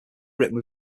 written